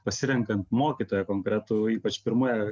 pasirenkant mokytoją konkretų o ypač pirmoje